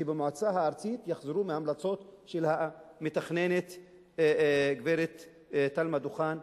שבמועצה הארצית יחזרו מההמלצות של המתכננת גברת תלמה דוכן.